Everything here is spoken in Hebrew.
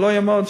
לא יעמוד,